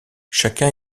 chacun